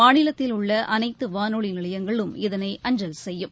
மாநிலத்தில் உள்ள அனைத்து வானொலி நிலையங்களும் இதனை அஞ்சல் செய்யும்